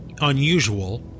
unusual